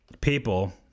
people